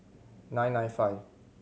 nine nine five